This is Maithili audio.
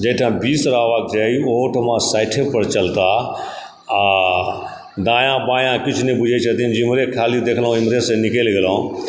जाहिठाम बीस रहबाक चाही ओहोठाम साठियेपर चलता आओर दायाँ बायाँ किछु नहि बुझैत छथिन जेम्हरे खाली देखलहुँ ओम्हरेसँ निकलि गेलहुँ